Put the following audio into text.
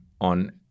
on